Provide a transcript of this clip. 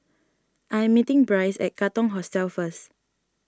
I am meeting Bryce at Katong Hostel first